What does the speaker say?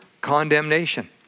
condemnation